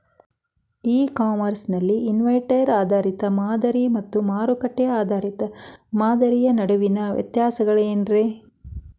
E commerce ನಲ್ಲಿ inventory ಆಧಾರಿತ ಮಾದರಿ ಮತ್ತ ಮಾರುಕಟ್ಟೆ ಆಧಾರಿತ ಮಾದರಿಯ ನಡುವಿನ ವ್ಯತ್ಯಾಸಗಳೇನ ರೇ?